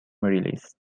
released